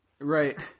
Right